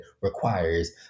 requires